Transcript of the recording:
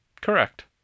Correct